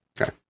Okay